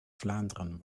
vlaanderen